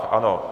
Ano.